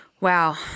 Wow